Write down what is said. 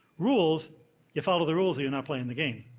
rules you follow the rules or you're not playing the game.